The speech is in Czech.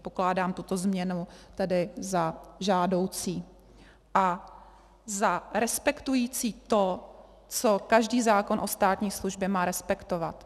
Pokládám tuto změnu tedy za žádoucí a za respektující to, co každý zákon o státní službě má respektovat.